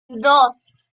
dos